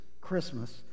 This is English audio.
Christmas